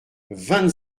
vingt